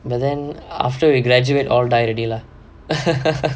but then after we graduate all die already lah